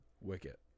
Wicket